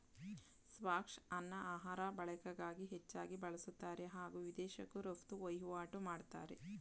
ಸ್ಕ್ವಾಷ್ಅನ್ನ ಆಹಾರ ಬಳಕೆಗಾಗಿ ಹೆಚ್ಚಾಗಿ ಬಳುಸ್ತಾರೆ ಹಾಗೂ ವಿದೇಶಕ್ಕೂ ರಫ್ತು ವಹಿವಾಟು ಮಾಡ್ತಾರೆ